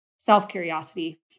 Self-curiosity